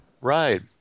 Right